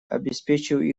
обеспечиваю